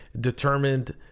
determined